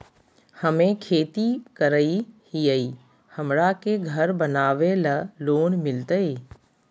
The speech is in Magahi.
हमे खेती करई हियई, हमरा के घर बनावे ल लोन मिलतई?